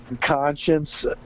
conscience